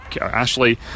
Ashley